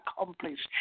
accomplished